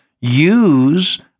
use